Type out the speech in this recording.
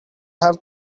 have